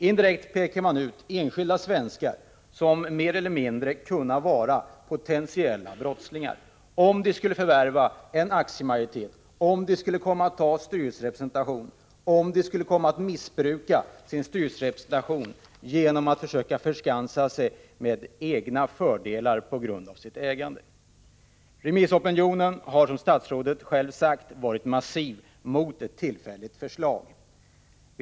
Indirekt pekar man ut enskilda svenskar att mer eller mindre kunna vara potentiella brottslingar, om de skulle förvärva en aktiemajoritet, om de skulle komma att ta styrelserepresentation, om de skulle komma att missbruka sin styrelserepresentation genom att försöka tillskansa sig egna fördelar på grund av sitt ägande. Remissopinionen har, som statsrådet själv sagt, varit massiv mot förslaget 37 om en tillfällig lagstiftning.